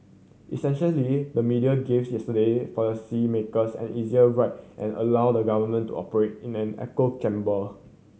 essentially the media gave yesterday policy makers an easier ride and allowed the government to operate in an echo chamber